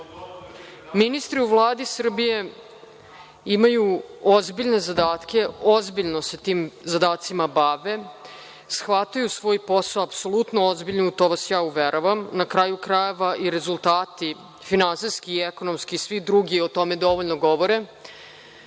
ministri u Vladi Srbije imaju ozbiljne zadatke, ozbiljno se tim zadacima bave. Shvataju svoj posao apsolutno ozbiljno, u to vas ja uveravam, na kraju krajeva i rezultati, finansijski i ekonomski i svi drugi o tome dovoljno govore